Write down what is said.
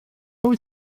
wyt